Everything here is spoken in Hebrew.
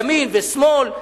ימין ושמאל,